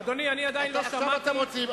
אדוני, אני עדיין לא שמעתי, עכשיו, מה אתם רוצים?